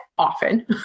often